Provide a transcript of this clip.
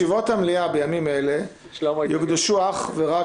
ישיבות המליאה בימים אלה יוקדשו אך ורק